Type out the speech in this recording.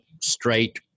straight